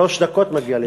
שלוש דקות מגיע לי לפי,